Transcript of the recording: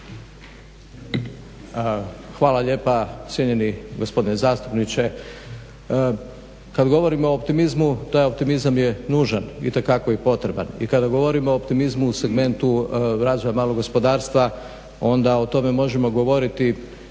Hvala lijepa cijenjeni gospodine zastupniče. Kad govorimo o optimizmu, taj optimizam je nužan itekako i potreban. I kada govorimo o optimizmu u segmentu razvoja malog gospodarstva onda o tome možemo govoriti